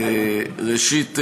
ראשית,